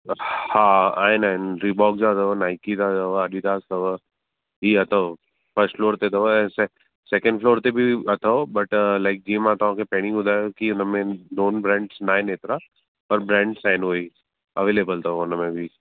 हा आहिनि आहिनि रिबॉक जा अथव नाइकी जा अथव ऐडीडास अथव इहे अथव फर्स्ट फ्लोर ते अथव सैकेंड फ्लोर ते बि अथव बट लाइक जीअं मां तव्हांखे पहिरीं ॿुधायो कि हुन में नोन ब्रैंड्स नाहिनि हेतिरा सब ब्रैंड्स आहिनि उहे ई अवैलेबल अथव हुन में बि